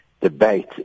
debate